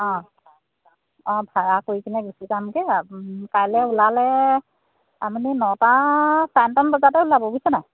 অঁ অঁ ভাড়া কৰি কিনে গুচি যামগৈ কাইলৈ ওলালে আপুনি নটা চাৰে নটামান বজাতে ওলাব বুইছেনে